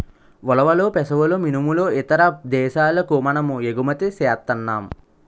ఉలవలు పెసలు మినుములు ఇతర దేశాలకు మనము ఎగుమతి సేస్తన్నాం